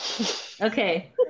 Okay